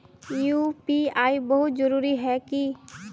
UPI बहुत जरूरी है की?